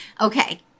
Okay